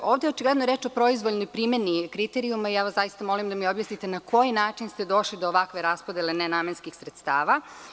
Ovde je očigledno reč o proizvoljnoj primeni kriterijuma i zaista vas molim da mi objasnite na koji način ste došli do ovakve raspodele nenamenskih sredstava.